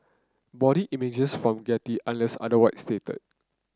body images from Getty unless otherwise stated